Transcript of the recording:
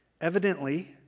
Evidently